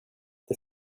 det